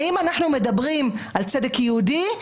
האם אנחנו מדברים על צדק יהודי?